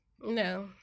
No